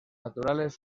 naturales